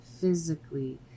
physically